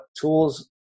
tools